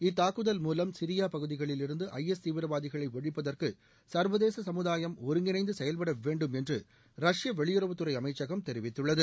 இத்தாக்குதல் மூலம் சிரியா பகுதிகளில் இருந்து ஐ எஸ் தீவிரவாதிகளை ஒழிப்பதற்கு சா்வதேச சமூதாயம் ஒருங்கிணைந்து செயல்பட வேண்டும் என்று ரஷ்ய வெளியுறவுத்துறை அமைச்சகம் தெரிவித்துள்ளது